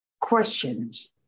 questions